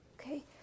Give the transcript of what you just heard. Okay